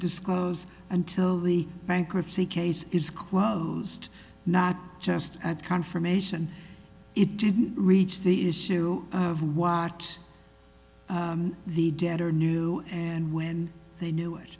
disclose until the bankruptcy case is closed not just at confirmation it didn't reach the issue of watch the debtor knew and when they knew it